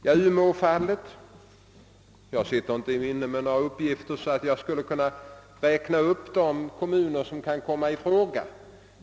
Jag sitter naturligtvis inte inne med sådana uppgifter att jag kan räkna upp de kommuner utöver Umeå stad, där ett ingripande skulle kunna komma i fråga.